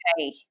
okay